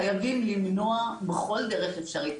חייבים למנוע אותו בכל דרך אפשרית.